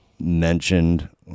mentioned